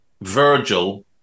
Virgil